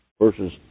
versus